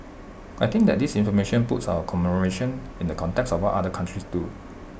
I think that this information puts our commemoration in the context of what other countries do